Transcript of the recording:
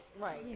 right